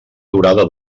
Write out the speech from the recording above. durada